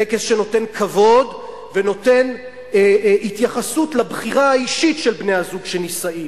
טקס שנותן כבוד ונותן התייחסות לבחירה האישית של בני-הזוג שנישאים.